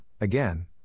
again